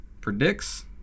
predicts